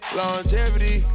longevity